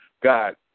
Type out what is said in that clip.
God